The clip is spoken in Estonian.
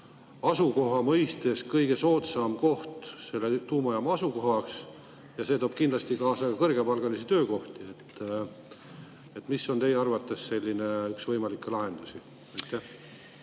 asukoha mõistes kõige soodsam selle tuumajaama asukohaks? See toob kindlasti kaasa kõrgepalgalisi töökohti. Mis on teie arvates üks võimalikke lahendusi?